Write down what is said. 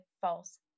false